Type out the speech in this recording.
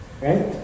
Right